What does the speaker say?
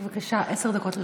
בבקשה, עשר דקות לרשותך.